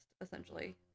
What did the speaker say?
essentially